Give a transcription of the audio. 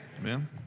Amen